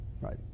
Right